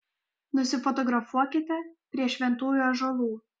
nusifotografuokite prie šventųjų ąžuolų